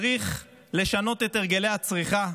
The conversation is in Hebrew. צריך לשנות את הרגלי הצריכה.